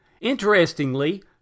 Interestingly